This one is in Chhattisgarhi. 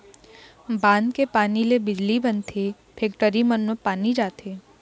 बांध के पानी ले बिजली बनथे, फेकटरी मन म पानी जाथे